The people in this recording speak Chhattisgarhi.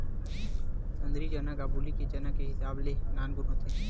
सुंदरी चना काबुली चना के हिसाब ले नानकुन होथे